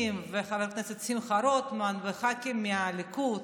וחבר הכנסת שמחה רוטמן וח"כים מהליכוד